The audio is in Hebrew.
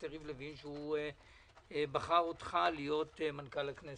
יריב לוין שבחר אותך להיות מנכ"ל הכנסת.